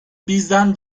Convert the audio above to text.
bizden